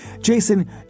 Jason